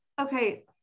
okay